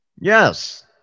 Yes